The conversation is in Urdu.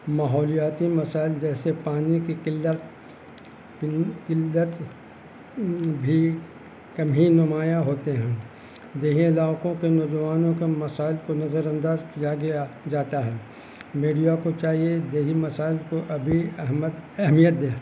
ماحولیاتی مسائل جیسے پانی کی قلت قلت بھی کم ہی نمایاں ہوتے ہیں دیہی علاقوں کے نوجوانوں کے مسائل کو نظرانداز کیا گیا جاتا ہے میڈیا کو چاہیے دیہی مسائل کو ابھی احمد اہمیت دے